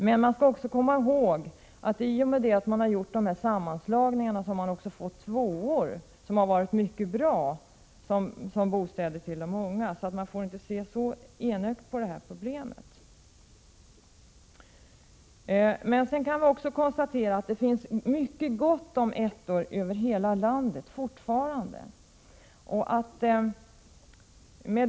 Men vi skall också komma ihåg att i och med att man har gjort sammanslagningarna har man också fått tvåor som har varit mycket bra som bostäder för de unga. Vi får inte se så enögt på det här problemet. Sedan kan vi också konstatera att det fortfarande finns mycket gott om ettor över hela landet.